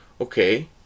okay